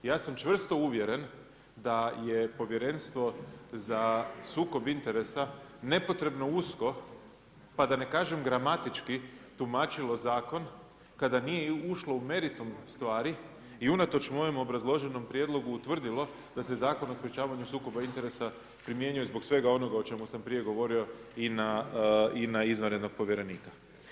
Ja sam čvrsto uvjeren da je Povjerenstvo za sukob interesa nepotrebno usko pa da ne kažem gramatički, tumačilo zakon kada nije ušlo u meritum stvari i unatoč mojem obrazloženom prijedlogu utvrdilo da se Zakon o sprečavanju sukoba interesa primjenjuje zbog svega onoga o čemu sam prije govorio i na izvanrednog povjerenika.